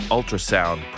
Ultrasound